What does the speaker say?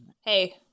Hey